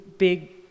Big